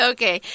Okay